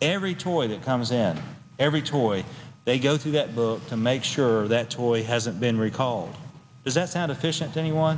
every toy that comes in every toy they go through that the to make sure that toy hasn't been recalled is that that efficient anyone